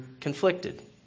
conflicted